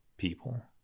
people